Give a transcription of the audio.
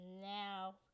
now